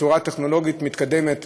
בצורה טכנולוגית מתקדמת,